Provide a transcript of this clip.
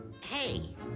Hey